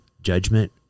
judgment